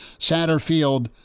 Satterfield